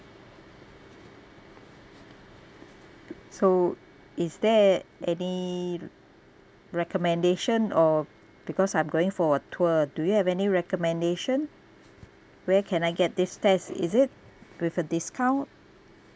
so is there any recommendation or because I'm going for a tour do you have any recommendation where can I get this test is it with a discount